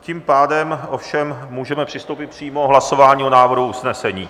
Tím pádem ovšem můžeme přistoupit přímo k hlasování o návrhu usnesení.